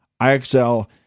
IXL